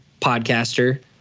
podcaster